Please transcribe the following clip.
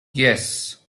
yes